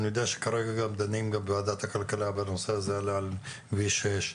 אני יודע שכרגע דנים גם בוועדת הכלכלה בנושא הזה על כביש 6,